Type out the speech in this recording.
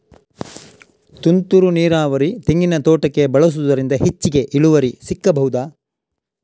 ತುಂತುರು ನೀರಾವರಿ ತೆಂಗಿನ ತೋಟಕ್ಕೆ ಬಳಸುವುದರಿಂದ ಹೆಚ್ಚಿಗೆ ಇಳುವರಿ ಸಿಕ್ಕಬಹುದ?